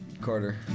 Carter